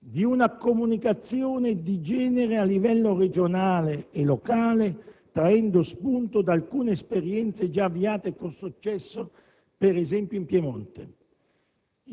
di una comunicazione di genere a livello regionale e locale, traendo spunto da alcune esperienze già avviate con successo, per esempio in Piemonte.